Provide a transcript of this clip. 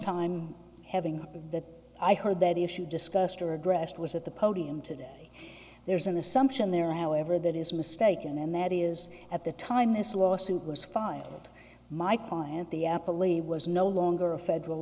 time having that i heard that the issue discussed or addressed was at the podium today there's an assumption there however that is mistaken and that is at the time this lawsuit was filed my client the apple e was no longer a federal